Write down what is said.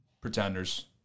Pretenders